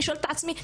אני שואלת את עצמי,